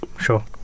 sure